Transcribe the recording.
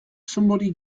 somebody